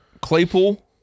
Claypool